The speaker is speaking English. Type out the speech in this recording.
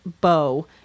bow